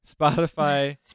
Spotify